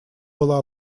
была